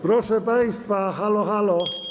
Proszę państwa, halo, halo!